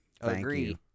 Agree